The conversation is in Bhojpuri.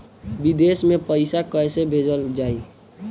विदेश में पईसा कैसे भेजल जाई?